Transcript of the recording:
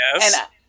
Yes